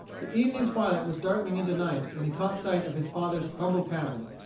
the evening twilight was darkening into night when he caught sight of his father's humble cabin.